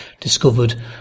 discovered